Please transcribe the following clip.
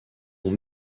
ont